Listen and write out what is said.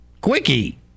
quickie